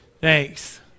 Thanks